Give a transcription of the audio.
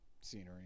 scenery